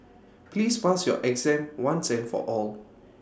please pass your exam once and for all